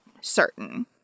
certain